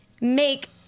make